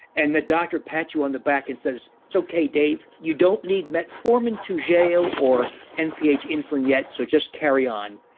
and the doctor pats you on the back and says, it's okay dave. you don't need metformin, toujeo, or nph insulin yet, so just carry on.